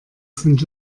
sind